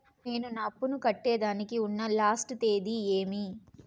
నేను నా అప్పుని కట్టేదానికి ఉన్న లాస్ట్ తేది ఏమి?